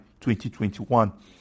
2021